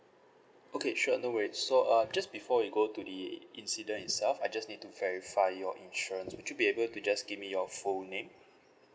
okay sure no worries so uh just before we go to the incident itself I just need to verify your insurance would you be able to just give me your full name